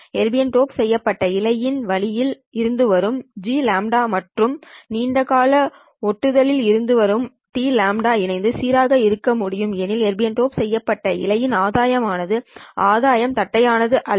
erbium dope செய்யப்பட்ட இழையின் வழியில் இருந்துவரும் Gλ மற்றும் நீண்ட கால ஒட்டுதல்யில் இருந்து வரும் Tλ இணைந்து சீராக இருக்க முடியும் எனில் எர்பியம் டோப் செய்யப்பட்ட இழையின் ஆதாயம் ஆனது ஆதாயம் தட்டையானது அல்ல